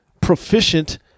proficient